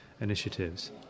initiatives